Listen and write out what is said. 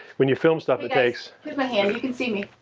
when you film stuff that takes here's my hand, you can see me.